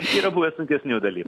yra buvę sunkesnių dalykų